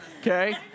Okay